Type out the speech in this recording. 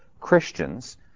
Christians